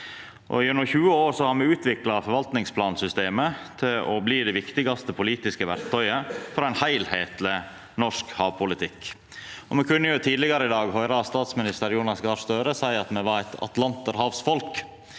Gjennom 20 år har me utvikla forvaltningsplansystemet til å bli det viktigaste politiske verktøyet for ein heilskapleg norsk havpolitikk. Me kunne tidlegare i dag høyra statsminister Jonas Gahr Støre seia at me var eit atlanterhavsfolk,